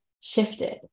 shifted